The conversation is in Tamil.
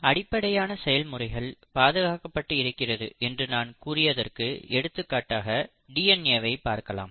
அடிப்படையான செயல்முறைகள் பாதுகாக்கப்பட்டு இருக்கிறது என்று நான் கூறியதற்கு எடுத்துக்காட்டாக டிஎன்ஏ வை பார்க்கலாம்